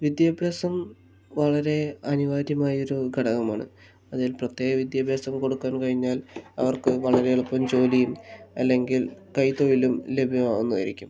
വിദ്യാഭ്യാസം വളരെ അനിവാര്യമായ ഒരു ഘടകമാണ് വിദ്യഭ്യാസം കൊടുക്കാൻ കഴിഞ്ഞാൽ അവർക്ക് വളരെ എളുപ്പം ജോലിയും അല്ലെങ്കിൽ കൈത്തൊഴിലും ലഭ്യമാകുന്നതായിരിക്കും